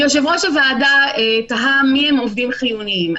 יושב-ראש הוועדה תהה מי הם עובדים חיוניים.